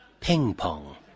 Ping-pong